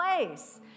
place